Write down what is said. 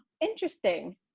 interesting